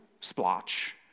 splotch